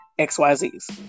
XYZ's